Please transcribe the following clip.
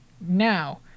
Now